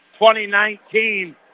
2019